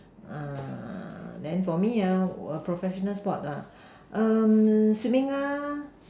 ah then for me ah a professional sport ah um swimming lah